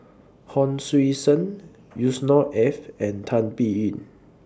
Hon Sui Sen Yusnor Ef and Tan Biyun